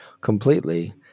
completely